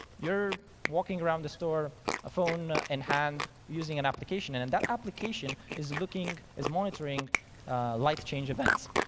you're walking around the store, a phone in hand, using an application, and and that application is looking as monitoring light change events.